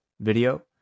video